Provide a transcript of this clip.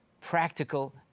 practical